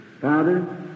Father